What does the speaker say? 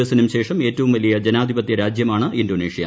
എസിനും ശേഷം ഏറ്റവും വലിയ ജനാധിപത്യരാജ്യമാണ് ഇൻഡോനേഷ്യ